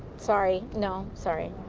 sorry. no, sorry.